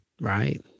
right